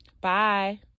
Bye